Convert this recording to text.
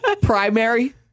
Primary